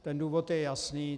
Ten důvod je jasný.